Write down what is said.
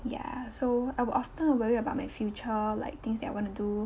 yeah so I would often worry about my future like things that I want to do